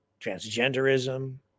transgenderism